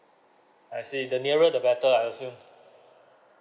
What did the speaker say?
I see the nearer the better I assume